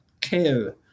care